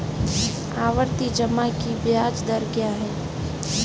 आवर्ती जमा की ब्याज दर क्या है?